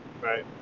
Right